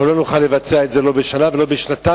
אנחנו לא נוכל לבצע את זה, לא בשנה ולא בשנתיים,